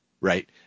Right